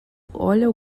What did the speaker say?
olha